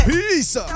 Peace